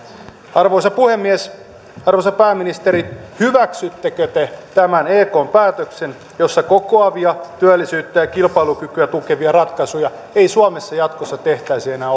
arvoisa puhemies arvoisa pääministeri hyväksyttekö te tämän ekn päätöksen jossa kokoavia työllisyyttä ja ja kilpailukykyä tukevia ratkaisuja ei suomessa jatkossa tehtäisi enää